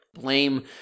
blame